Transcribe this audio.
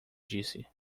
disse